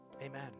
amen